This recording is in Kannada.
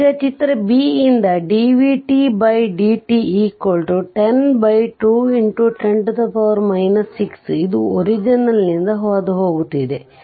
ಈಗ ಚಿತ್ರ 6 bಯಿಂದ dv dt10ಇದು ಒರಿಜಿನ್ ನಿಂದ ಹಾದುಹೋಗುತ್ತಿದೆ